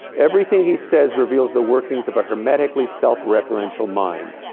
everything he says reveals the workings of a hermetically self-referential mind.